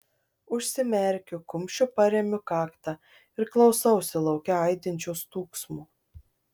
užsimerkiu kumščiu paremiu kaktą ir klausausi lauke aidinčio stūgsmo